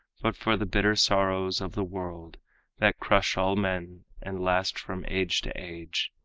but for the bitter sorrows of the world that crush all men, and last from age to age.